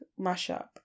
mashup